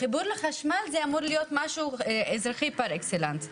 החיבור לחשמל זה אמור להיות משהו אזרחי פר אקסלנס.